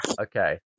Okay